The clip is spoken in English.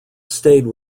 stayed